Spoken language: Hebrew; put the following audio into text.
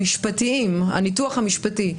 הניתוח המשפטי,